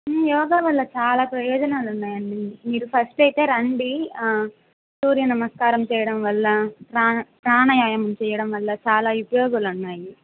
యోగా వల్ల చాలా ప్రయోజనాలు ఉన్నాయండి మీరు ఫస్ట్ అయితే రండి సూర్యనమస్కారం చేయడం వల్ల ప్రాణాయామం చేయడం వల్ల చాలా ఉపయోగాలు ఉన్నాయండి